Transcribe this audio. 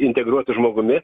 integruotu žmogumi